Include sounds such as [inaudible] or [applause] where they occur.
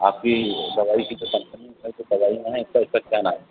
आपकी दवाई की जो कम्पनी है उसने जो दवाई बनाई [unintelligible] इसका क्या नाम है